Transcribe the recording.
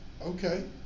okay